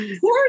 Poor